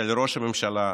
של ראש הממשלה,